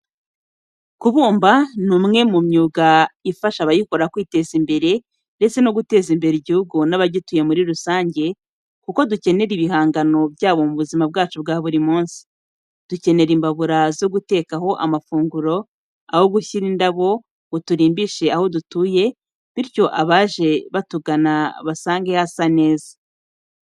Kubumba ni umwe mu myuga ifasha abayikora kwiteza imbere ndetse no guteza imbere igihugu n'abagituye muri rusange kuko dukenera ibihangano byabo mu buzima bwacu bwa buri munsi. Dukenera imbabura zo gutekaho amafunguro, aho gushyira indabo ngo turimbishe aho dutuye bityo abaje batugana basange hasa neza.